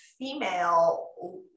female